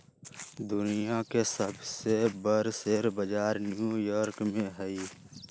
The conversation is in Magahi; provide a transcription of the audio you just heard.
दुनिया के सबसे बर शेयर बजार न्यू यॉर्क में हई